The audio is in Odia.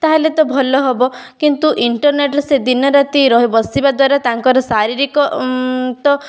ତାହେଲେ ତ ଭଲ ହବ କିନ୍ତୁ ଇଣ୍ଟର୍ନେଟର ସେ ଦିନରାତି ରହି ବସିବା ଦ୍ବାରା ତାଙ୍କର ଶାରୀରକ ତ